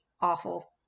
awful